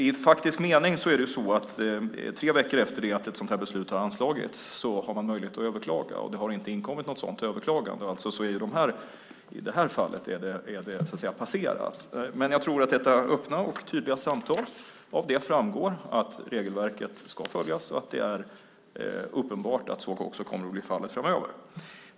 I faktisk mening är det så att under tre veckor efter det att ett beslut har anslagits finns möjlighet att överklaga. Det har inte inkommit något sådant överklagande. I det här fallet är det passerat. Men jag tror att av det öppna och tydliga samtalet framgår att regelverket ska följas och att det är uppenbart att så kommer att bli fallet framöver.